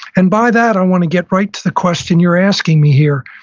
and by that, i want to get right to the question you're asking me here.